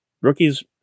rookies